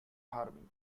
harming